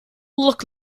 look